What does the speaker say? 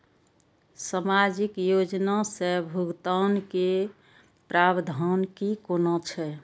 सामाजिक योजना से भुगतान के प्रावधान की कोना छै?